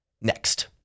next